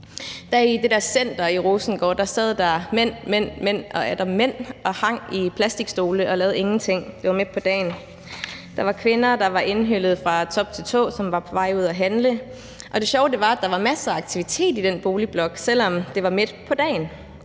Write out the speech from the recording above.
I det der center, der er i Rosengård, sad der mænd, mænd og atter mænd og hang i plastikstole og lavede ingenting – det var midt på dagen. Der var kvinder, der var indhyllet fra top til tå, som var på vej ud at handle, og det sjove var, at der var masser af aktivitet i den boligblok, selv om det var midt på dagen.